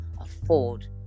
afford